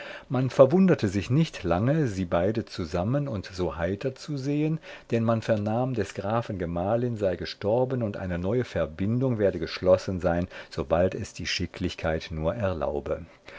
man verwunderte sich nicht lange sie beide zusammen und so heiter zu sehen denn man vernahm des grafen gemahlin sei gestorben und eine neue verbindung werde geschlossen sein sobald es die schicklichkeit nur erlaube